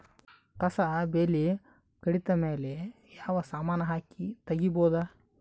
ಕಸಾ ಬೇಲಿ ಕಡಿತ ಮೇಲೆ ಯಾವ ಸಮಾನ ಹಾಕಿ ತಗಿಬೊದ?